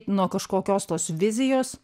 nuo kažkokios tos vizijos